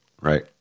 Right